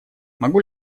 могу